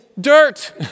Dirt